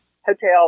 hotel